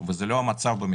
שאמר הפרופסור לפניי,